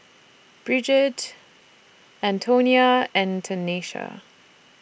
Brigid Antonia and Tanesha